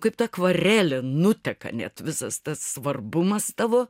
kaip ta akvarelė nuteka net visas tas svarbumas tavo